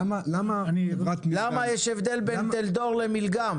למה יש הבדל בין טלדור למילגם?